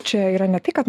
čia yra ne tai kad